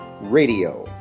radio